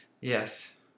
Yes